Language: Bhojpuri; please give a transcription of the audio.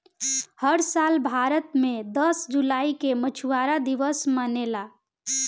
हर साल भारत मे दस जुलाई के मछुआरा दिवस मनेला